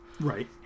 Right